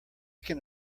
can